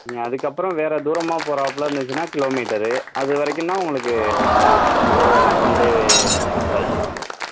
நீங்கள் அதுக்கப்புறம் வேறு தூரமாக போகிறாப்ல இருந்துச்சுனால் கிலோமீட்டரு அதுவரைக்கும் தான் உங்களுக்கு ஒரு ஒன் டே சா சார்ஜு தான் பண்ணுவோம்